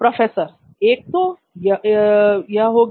professor यह तो एक हो गया